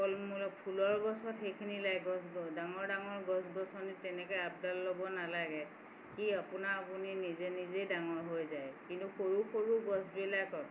ফল মূল ফুলৰ গছত সেইখিনি লাগিব গছ ডাঙৰ ডাঙৰ গছ গছনিত তেনেকৈ আপডাল ল'ব নালাগে ই আপোনা আপুনি নিজে নিজেই ডাঙৰ হৈ যায় কিন্তু সৰু সৰু গছবিলাকত